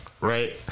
Right